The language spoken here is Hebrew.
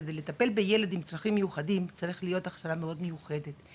כדי לטפל בילד עם צרכים מיוחדים צריכה להיות הכשרה מיוחדת מאוד.